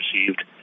received